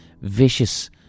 vicious